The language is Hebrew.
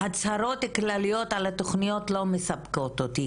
הצהרות כלליות על התוכניות לא מספקות אותי,